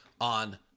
on